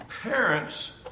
parents